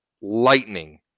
lightning